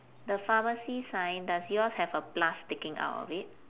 the pharmacy sign does yours have a plus sticking out of it